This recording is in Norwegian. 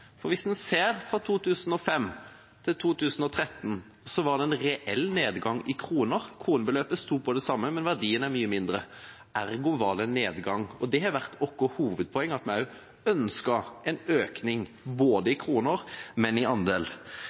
For hvis man ser fra 2005 til 2013, var det en reell nedgang i kroner – kronebeløpet sto på det samme, men verdien er mye mindre. Ergo var det en nedgang. Og det har vært vårt hovedpoeng, at vi også ønsket en økning i kroner, i tillegg til andel.